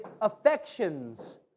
affections